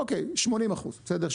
אוקיי, 80%, בסדר?